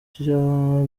cya